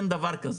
אין דבר כזה,